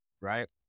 right